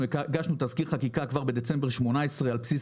אנחנו הגשנו תזכיר חקיקה כבר בדצמבר 2018 על בסיס